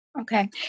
Okay